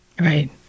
Right